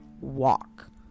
walk